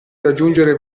raggiungere